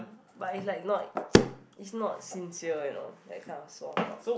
but it's like not it's not sincere at all that kind of small talk